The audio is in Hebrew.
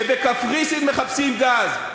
שבקפריסין מחפשים גז,